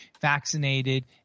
vaccinated